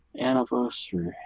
anniversary